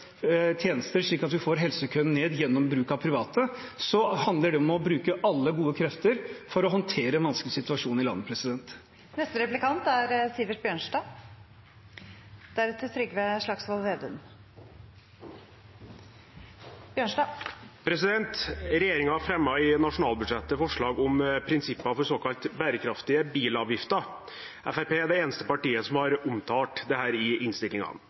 slik at vi får helsekøene ned gjennom bruk av private, handler det om å bruke alle gode krefter for å håndtere den vanskelige situasjonen i landet. Regjeringen fremmet i nasjonalbudsjettet forslag om prinsipper for såkalte bærekraftige bilavgifter. Fremskrittspartiet er det eneste partiet som har omtalt dette i